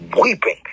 weeping